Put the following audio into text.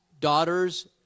daughters